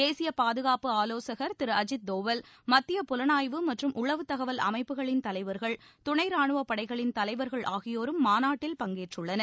தேசிய பாதுகாப்பு ஆலோசகா் திரு அஜித் தோவல் மத்திய புலனாய்வு மற்றும் உளவுத்தகவல் அமைப்புகளின் தலைவர்கள் துணைராணுவப் படைகளின் தலைவர்கள் ஆகியோரும் மாநாட்டில் பங்கேற்றுள்ளனர்